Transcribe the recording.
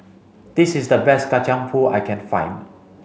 this is the best Kacang pool I can find